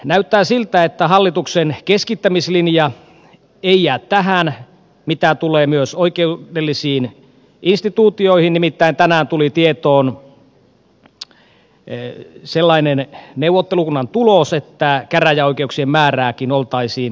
näyttää siltä että hallituksen keskittämislinja ei jää tähän mitä tulee myös oikeudellisiin instituutioihin nimittäin tänään tuli tietoon sellainen neuvottelukunnan tulos että käräjäoikeuksien määrääkin oltaisiin puolittamassa suomessa